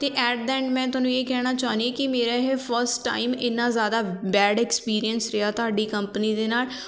ਅਤੇ at the end ਮੈਂ ਤੁਹਾਨੂੰ ਇਹ ਕਹਿਣਾ ਚਾਹੁੰਦੀ ਹਾਂ ਕਿ ਮੇਰਾ ਇਹ ਫਸਟ ਟਾਈਮ ਇੰਨਾ ਜ਼ਿਆਦਾ ਬੈਡ ਐਕਸਪੀਰੀਅੰਸ ਰਿਹਾ ਤੁਹਾਡੀ ਕੰਪਨੀ ਦੇ ਨਾਲ